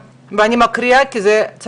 אני מקריאה את זה מהדף,